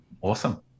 Awesome